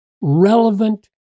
relevant